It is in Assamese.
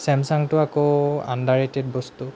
চেমচাংটো আকৌ আণ্ডাৰেটেড বস্তু